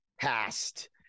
past